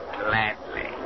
gladly